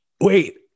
wait